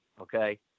Okay